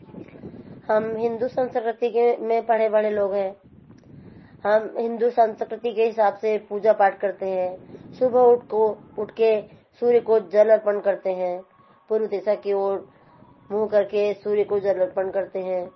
हम हिंदू संसरत्ति के में पले बढ़े लोग हैं हम हिंदू संस्कृत्ति के हिसाब से पूजा पाठ करते हैं सुबह उठ को उठ कर सूर्य को जल अर्पण करते हैं पूर्व दिशा की ओर मुह करके सूर्य को जल अर्पण करते हैं